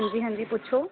ਹਾਂਜੀ ਹਾਂਜੀ ਪੁੱਛੋ